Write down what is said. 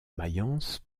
mayence